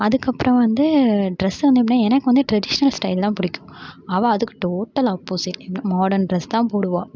அதுக்கு அப்புறம் வந்து டிரஸ் வந்து எப்படினா எனக்கு வந்து ட்ரெடிஷ்னல் ஸ்டைல் தான் பிடிக்கும் அவள் அதுக்கு டோட்டல் ஆப்போசிட் மாடர்ன் ட்ரெஸ் தான் போடுவாள்